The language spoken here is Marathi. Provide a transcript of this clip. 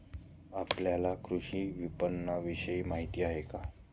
आपल्याला कृषी विपणनविषयी माहिती आहे का?